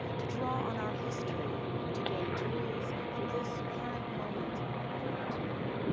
to draw on our history to gain tools for this current moment of opportunity,